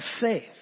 faith